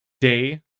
day